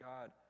God